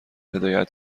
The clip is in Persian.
هدایت